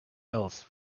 else